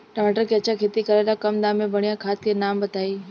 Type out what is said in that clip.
टमाटर के अच्छा खेती करेला कम दाम मे बढ़िया खाद के नाम बताई?